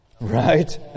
Right